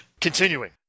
Continuing